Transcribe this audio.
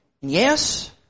Yes